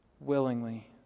willingly